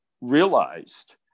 realized